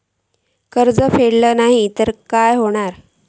कर्ज फेडूक नाय तर काय जाताला?